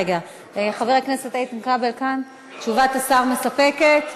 חבר הכנסת איתן כבל כאן, תשובת השר מספקת?